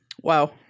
Wow